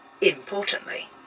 importantly